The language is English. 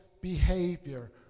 behavior